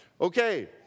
Okay